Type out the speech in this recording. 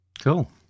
Cool